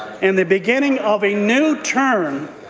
and the beginning of a new term